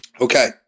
Okay